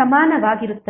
ಸಮಾನವಾಗಿರುತ್ತದೆ